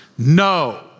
No